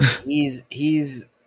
He's—he's